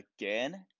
again